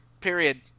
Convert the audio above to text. period